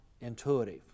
intuitive